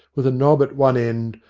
with a knob at one end,